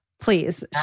please